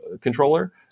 controller